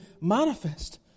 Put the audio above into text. manifest